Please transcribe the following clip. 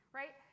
right